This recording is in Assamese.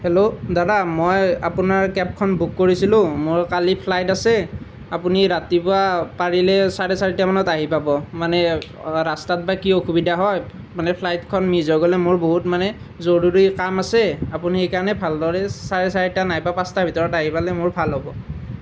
হেল্লো দাদা মই আপোনাৰ কেবখন বুক কৰিছিলোঁ মোৰ কালি ফ্লাইট আছে আপুনি ৰাতিপুৱা পাৰিলে চাৰে চাৰিটা মানত আহি পাব মানে ৰাস্তাত বা কি অসুবিধা হয় মানে ফ্লাইটখন মিছ হৈ গ'লে মোৰ বহুত মানে জৰুৰী কাম আছে আপুনি সেইকাৰণে ভালদৰে চাৰে চাৰিটা নাইবা পাঁচটাৰ ভিতৰত আহি পালে মোৰ ভাল হ'ব